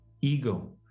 ego